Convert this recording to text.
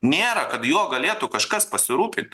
nėra kad juo galėtų kažkas pasirūpint